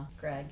Greg